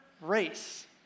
race